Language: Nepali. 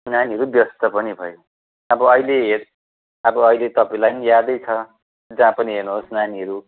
नानीहरू व्यस्त पनि भए अब अहिले अब अहिले तपाईँलाई पनि यादै छ जहाँ पनि हेर्नुहोस् नानीहरू